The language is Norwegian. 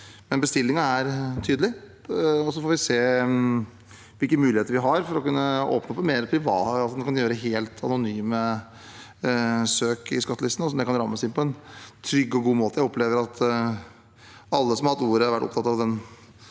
Men bestillingen er tydelig, og så får vi se hvilke muligheter vi har for å kunne åpne mer, at man kan gjøre helt anonyme søk i skat telistene, og hvordan det kan rammes inn på en trygg og god måte. Jeg opplever at alle som har hatt ordet, har vært opptatt av den